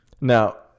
now